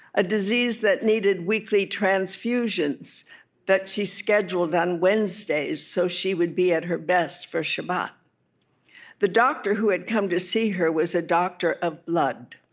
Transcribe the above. a disease that needed weekly transfusions that she scheduled on wednesdays so she would be at her best for shabbat the doctor who had come to see her was a doctor of blood,